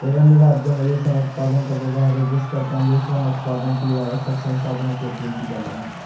विभिन्न राज्यों में रेशम उत्पादन का विभाग है जिसका काम रेशम उत्पादन के लिए आवश्यक संसाधनों की आपूर्ति करना है